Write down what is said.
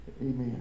Amen